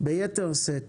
ביתר שאת